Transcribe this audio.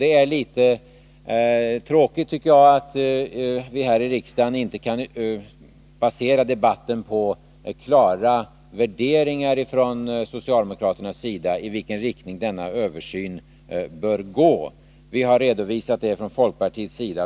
Det är litet tråkigt, tycker jag, att vi här i riksdagen inte kan basera debatten på klara värderingar från socialdemokraternas sida om i vilken riktning denna översyn bör gå. Vi från folkpartiets sida har redovisat vår uppfattning.